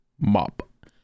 Mop